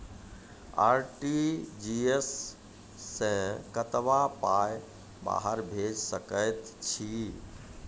RTGS सअ कतबा पाय बाहर भेज सकैत छी?